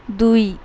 ଦୁଇ